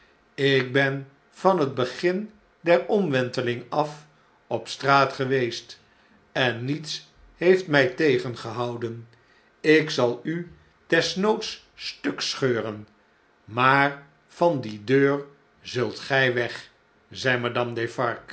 ik ben van het begin der omwenteling af op straat geweest en niets heeft mij tegengehouden ik zal u des noods stuk scheuren maar van die deur zult gij weg zei madame